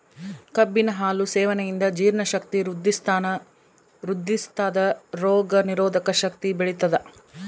ಕಬ್ಬಿನ ಹಾಲು ಸೇವನೆಯಿಂದ ಜೀರ್ಣ ಶಕ್ತಿ ವೃದ್ಧಿಸ್ಥಾದ ರೋಗ ನಿರೋಧಕ ಶಕ್ತಿ ಬೆಳಿತದ